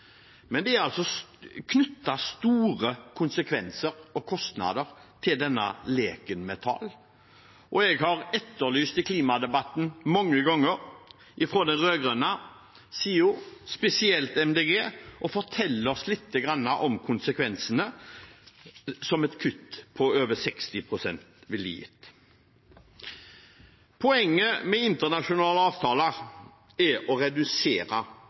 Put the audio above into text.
Men det er altså knyttet store konsekvenser og kostnader til denne leken med tall, og jeg har mange ganger i klimadebatten etterlyst fra den rød-grønne siden, spesielt Miljøpartiet De Grønne, å fortelle oss lite granne om konsekvensene et kutt på over 60 pst. ville gitt. Poenget med internasjonale avtaler er å redusere